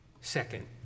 second